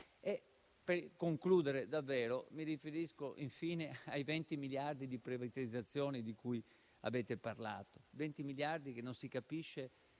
Per concludere, mi riferisco infine ai 20 miliardi di privatizzazioni di cui avete parlato; 20 miliardi che non si capisce